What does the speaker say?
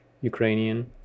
Ukrainian